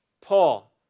Paul